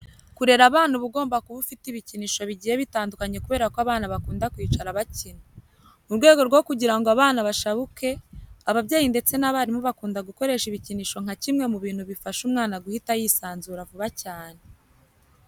Kurera abana uba ugomba kuba ufite ibikinisho bigiye bitandukanye kubera ko abana bakunda kwicara bakina. Mu rwego rwo kugira ngo abana bashabuke, ababyeyi ndetse n'abarimu bakunda gukoresha ibikinisho nka kimwe mu bintu bifasha umwana guhita yisanzura vuba cyane.